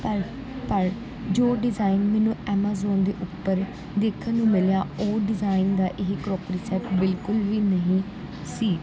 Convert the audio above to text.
ਪਰ ਪਰ ਜੋ ਡਿਜ਼ਾਇਨ ਮੈਨੂੰ ਐਮਾਜੋਨ ਦੇ ਉੱਪਰ ਦੇਖਣ ਨੂੰ ਮਿਲਿਆ ਉਹ ਡਿਜ਼ਾਇਨ ਦਾ ਇਹ ਕਰੋਕਰੀ ਸੈੱਟ ਬਿਲਕੁਲ ਵੀ ਨਹੀਂ ਸੀ